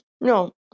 No